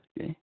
okay